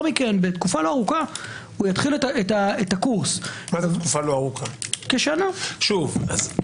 מכן בתקופה לא ארוכה יתחיל את הקורס - כשנה מהצו,